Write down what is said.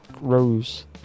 Rose